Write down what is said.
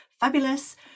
fabulous